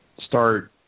start